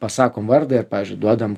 pasakom vardą ir pavyzdžiui duodam